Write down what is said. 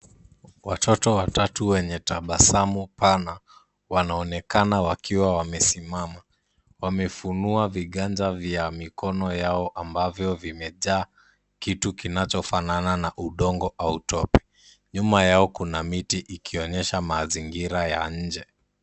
Watatu wenye tabasamu pana wana onekana wakiwa wamesimama. Wamefunua viganja vya mikono yao ambavyo vimejaa kitu kinacho fanana na udongo au tope. Nyuma yao kuna miti ikionyesha mazingira ya nje.